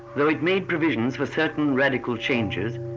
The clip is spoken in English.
though it made provisions for certain radical changes.